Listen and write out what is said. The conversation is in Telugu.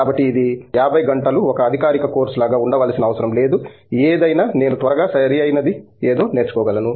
కాబట్టి ఇది 50 గంటలు ఒక అధికారిక కోర్సు లాగా ఉండవలసిన అవసరం లేదు ఏదైనా నేను త్వరగా సరియైనది ఏదో నేర్చుకో గలను